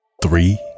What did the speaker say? Three